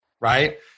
Right